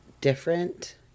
different